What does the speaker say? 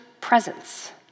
presence